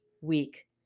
week